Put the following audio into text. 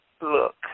look